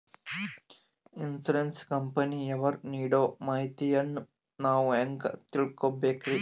Insurance ಕಂಪನಿಯವರು ನೀಡೋ ಮಾಹಿತಿಯನ್ನು ನಾವು ಹೆಂಗಾ ತಿಳಿಬೇಕ್ರಿ?